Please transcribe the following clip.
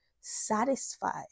satisfied